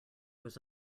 was